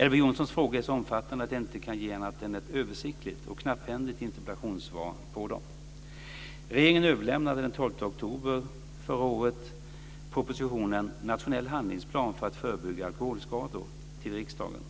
Elver Jonssons frågor är så omfattande att jag inte kan ge annat än ett översiktligt och knapphändigt interpellationssvar på dem. Regeringen överlämnade den 12 oktober förra året propositionen Nationell handlingsplan för att förebygga alkoholskador till riksdagen.